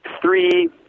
three